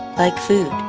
like food,